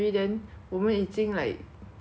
that time china got like